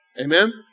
Amen